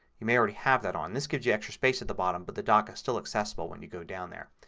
you may already have that on. this gives you extra space at the bottom but the dock is still accessible when you go down there.